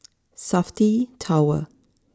Safti Tower